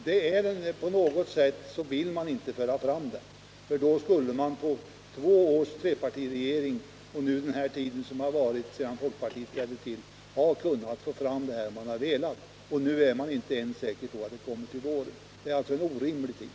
Det verkar på något sätt som om man inte ville föra fram den — annars skulle man under två år med trepartiregeringen och tiden sedan folkpartiet trädde till kunnat få fram denna. Nu är man inte ens säker på att den kommer till våren. Det är alltså en orimlig tid.